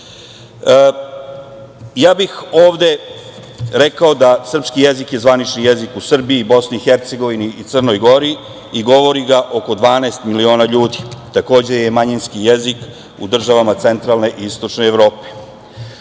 Ja bih ovde rekao da je srpski jezik zvanični jezik u Srbiji, Bosni i Hercegovini i Crnoj Gori i govori ga oko 12 miliona ljudi. Takođe je manjinski jezik u državama centralne i istočne Evrope.U